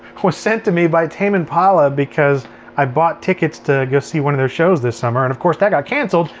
was sent to me by tame impala, because i bought tickets to go see one of their shows this summer and of course that got canceled,